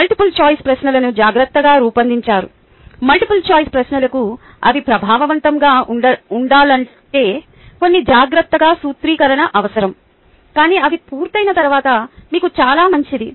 multiple choice ప్రశ్నలను జాగ్రత్తగా రూపొందించారు మల్టిపుల్ చాయిస్ ప్రశ్నలకు అవి ప్రభావవంతంగా ఉండాలంటే కొన్ని జాగ్రత్తగా సూత్రీకరణ అవసరం కానీ అవి పూర్తయిన తర్వాత మీకు చాలా మంచిది